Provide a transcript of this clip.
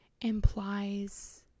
implies